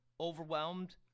Overwhelmed